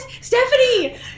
Stephanie